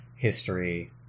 history